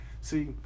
See